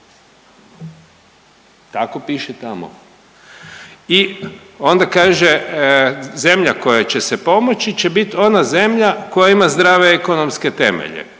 tako piše tamo. I onda kaže zemlja koja će se pomoći će bit ona zemlja koja ima zdrave ekonomske temelje,